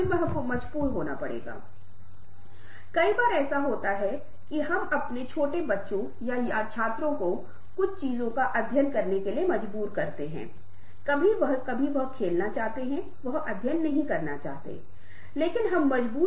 यह उन नैतिक गुणों से भी जुड़ा हो सकता है जो कुछ स्थानों कुछ लोगों कुछ पुस्तकों कुछ लेखकों कुछ जगहें महत्वपूर्ण के रूप में उजागर करते हैं और हम सहमत हैं कि यह बहुत महत्वपूर्ण है